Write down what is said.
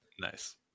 Nice